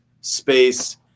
space